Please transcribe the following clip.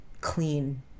clean